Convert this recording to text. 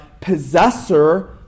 possessor